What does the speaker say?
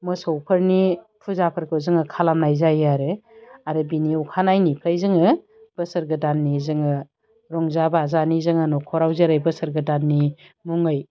मोसौफोरनि फुजाफोरखौ जोङो खालामनाय जायो आरो आरो बेनि अखानायैनिफ्राय जोङो बोसोर गोदाननि जोङो रंजा बाजानि जोङो नखराव जेरै बोसोर गोदाननि मुङै